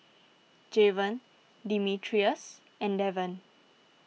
Javon Demetrius and Devan